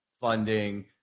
funding